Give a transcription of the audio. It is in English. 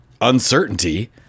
uncertainty